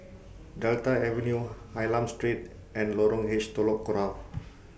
Delta Avenue Hylam Street and Lorong H Telok Kurau